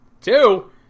two